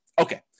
Okay